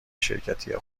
شرکتی